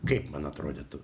kaip man atrodytų